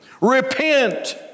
Repent